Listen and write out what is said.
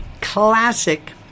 classic